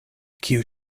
kiu